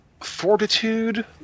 Fortitude